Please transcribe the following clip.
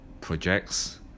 projects